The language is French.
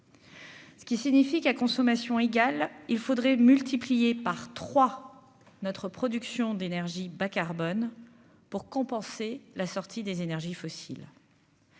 Ce qui signifie qu'à consommation égale, il faudrait multiplier par 3 notre production d'énergie bas-carbone, pour compenser la sortie des énergies fossiles.